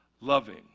loving